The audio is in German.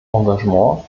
engagement